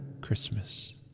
Christmas